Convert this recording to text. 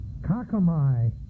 kakamai